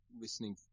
listening